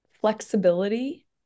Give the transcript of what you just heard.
flexibility